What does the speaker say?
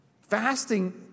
Fasting